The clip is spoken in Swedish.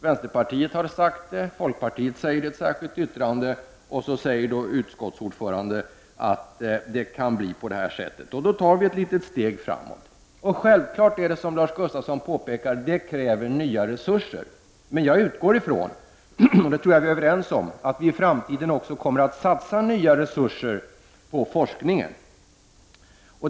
Vänsterpartiet har sagt detta, och folkpartiet säger det i ett särskilt yttrande, och nu säger också utskottsordföranden att detta kan ske. Då tar vi ett litet steg framåt. Självfallet kräver detta, såsom Lars Gustafsson påpekade, nya resurser. Men jag utgår ifrån — och det tror jag att vi är överens om — att vi i framtiden också kommer att satsa nya resurser på forskningen.